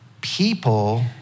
people